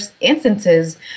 instances